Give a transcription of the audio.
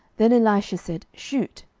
then elisha said, shoot.